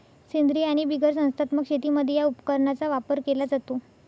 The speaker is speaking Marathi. सेंद्रीय आणि बिगर संस्थात्मक शेतीमध्ये या उपकरणाचा वापर केला जातो